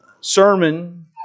sermon